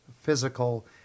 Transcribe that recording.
physical